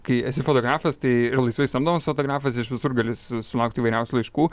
kai esi fotografas tai ir laisvai samdomas fotografas iš visur gali su sulaukt įvairiausių laiškų